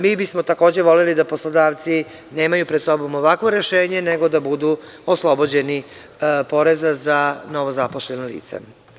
Mi bi smo takođe voleli da poslodavci nemaju pred sobom ovakvo rešenje, nego da budu oslobođeni poreza za novozaposlena lica.